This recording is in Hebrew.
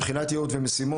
(באמצעות מצגת) מבחינת ייעוד ומשימות,